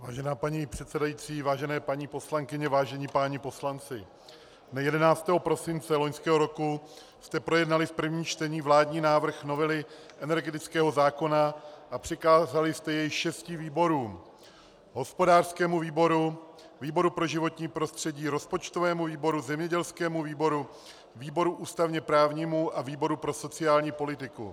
Vážená paní předsedající, vážené paní poslankyně, vážení páni poslanci, dne 11. prosince loňského roku jste projednali v prvním čtení vládní návrh novely energetického zákona a přikázali jste jej šesti výborům hospodářskému výboru, výboru pro životní prostředí, rozpočtovému výboru, zemědělskému výboru, výboru ústavněprávnímu a výboru pro sociální politiku.